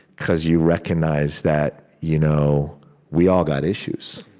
because you recognize that you know we all got issues